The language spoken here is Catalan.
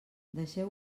deixeu